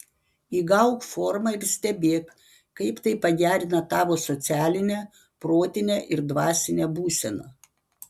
įgauk formą ir stebėk kaip tai pagerina tavo socialinę protinę ir dvasinę būseną